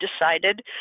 decided